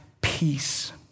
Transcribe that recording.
peace